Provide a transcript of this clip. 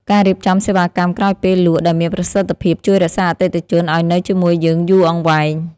ការរៀបចំសេវាកម្មក្រោយពេលលក់ដែលមានប្រសិទ្ធភាពជួយរក្សាអតិថិជនឱ្យនៅជាមួយយើងយូរអង្វែង។។